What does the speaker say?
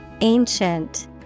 Ancient